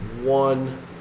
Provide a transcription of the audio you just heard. one